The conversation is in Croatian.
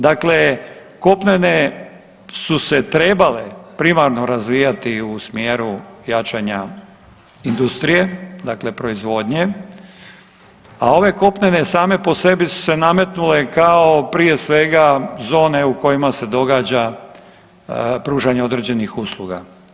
Dakle, kopnene su se trebale primarno razvijati u smjeru jačanja industrije, dakle proizvodnje, a ove kopnene same po sebi su se nametnule kao prije svega zone u kojima se događa pružanje određenih usluga.